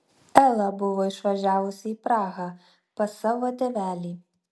ela buvo išvažiavusi į prahą pas savo tėvelį